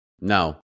No